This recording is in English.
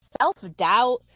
self-doubt